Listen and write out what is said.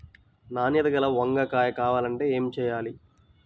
నాణ్యత గల వంగ కాయ కావాలంటే ఏమి చెయ్యాలి?